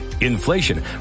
inflation